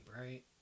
right